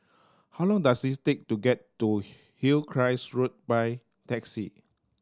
how long does it take to get to Hillcrest Road by taxi